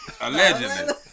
allegedly